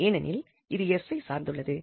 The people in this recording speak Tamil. ஏனெனில் இது s ஐ சார்ந்துள்ளது